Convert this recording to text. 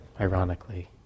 ironically